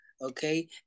okay